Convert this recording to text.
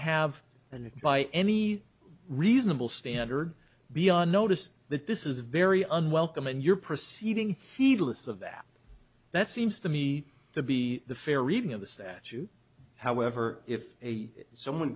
have and by any reasonable standard beyond notice that this is very unwelcome and you're proceeding heedless of that that seems to me to be the fair reading of the statute however if a someone